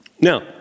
Now